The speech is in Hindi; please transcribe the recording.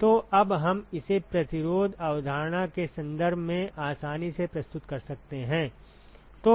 तो अब हम इसे प्रतिरोध अवधारणा के संदर्भ में आसानी से प्रस्तुत कर सकते हैं